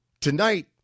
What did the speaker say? Tonight